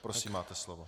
Prosím, máte slovo.